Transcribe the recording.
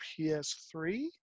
ps3